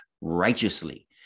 righteously